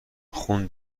خون